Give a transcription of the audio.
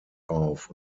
auf